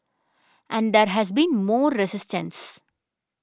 and there has been more resistance